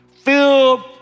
filled